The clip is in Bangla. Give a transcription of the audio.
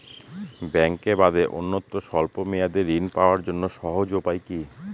ব্যাঙ্কে বাদে অন্যত্র স্বল্প মেয়াদি ঋণ পাওয়ার জন্য সহজ উপায় কি?